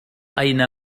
أين